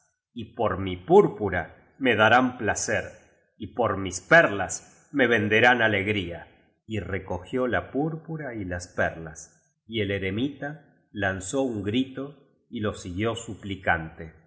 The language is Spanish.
y por mi púrpura me darán placer y por mis perlas me venderán alegría y recogió la purpura y las perlas y el eremita lanzó un grito y lo siguió suplicante